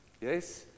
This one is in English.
Yes